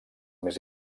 més